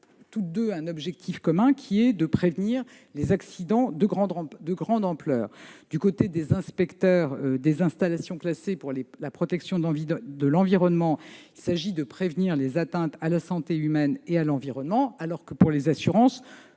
toutes deux un objectif commun : prévenir les accidents de grande ampleur. Du côté des inspecteurs des installations classées pour la protection de l'environnement, il s'agit de prévenir les atteintes à la santé humaine et à l'environnement, alors que pour les assurances,